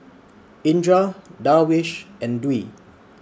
Indra Darwish and Dwi